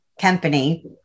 company